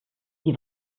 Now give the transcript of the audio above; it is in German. wie